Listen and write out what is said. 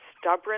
stubborn